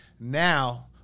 Now